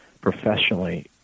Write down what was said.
professionally